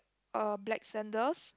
a black sandals